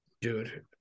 Dude